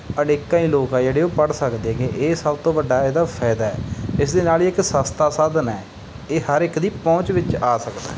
ਅਨੇਕਾਂ ਹੀ ਲੋਕ ਆ ਜਿਹੜੇ ਉਹ ਪੜ੍ਹ ਸਕਦੇ ਹੈਗੇ ਇਹ ਸਭ ਤੋਂ ਵੱਡਾ ਇਹਦਾ ਫਾਇਦਾ ਇਸ ਦੇ ਨਾਲ ਹੀ ਇਹ ਇੱਕ ਸਸਤਾ ਸਾਧਨ ਹੈ ਇਹ ਹਰ ਇੱਕ ਦੀ ਪਹੁੰਚ ਵਿੱਚ ਆ ਸਕਦਾ